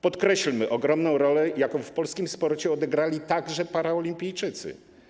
Podkreślmy ogromną rolę, jaką w polskim sporcie odegrali paraolimpijczycy.